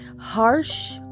harsh